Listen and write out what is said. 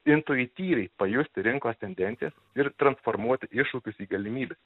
intuityviai pajusti rinkos tendencijas ir transformuoti iššūkius į galimybes